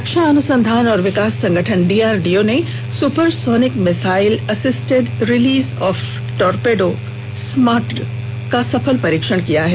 रक्षा अनुसंधान और विकास संगठन डीआरडीओ ने supersonic missile assisted release of torpedo SMART का सफल परीक्षण किया है